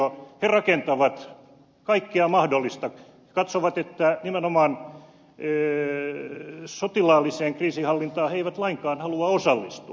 he rakentavat kaikkea mahdollista katsovat että nimenomaan sotilaalliseen kriisinhallintaan he eivät lainkaan halua osallistua